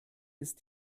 ist